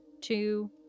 two